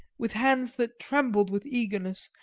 with hands that trembled with eagerness,